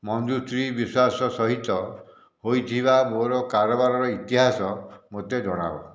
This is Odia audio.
ମଞ୍ଜୁଶ୍ରୀ ବିଶ୍ୱାସ ସହିତ ହୋଇଥିବା ମୋର କାରବାରର ଇତିହାସ ମୋତେ ଜଣାଅ